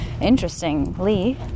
interestingly